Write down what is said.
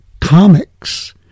comics